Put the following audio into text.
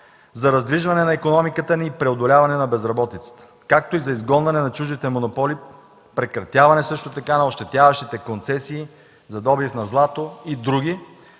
за раздвижване на икономиката ни и преодоляване на безработицата, както и за изгонване на чуждите монополи, прекратяване също така на ощетяващите концесии за добив на злато и други,